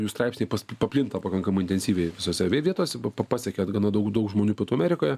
jų straipsniai pas paplinta pakankamai intensyviai visose vie vietose pa pasiekia gana daug daug žmonių pietų amerikoje